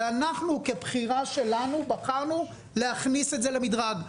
ואנחנו כבחירה שלנו בחרנו להכניס את זה למדרג.